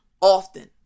often